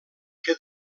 que